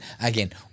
again